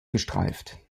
gestreift